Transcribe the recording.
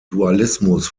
dualismus